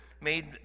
made